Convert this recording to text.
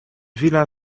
villa